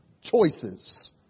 choices